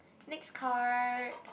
next card